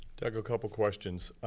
like a couple questions.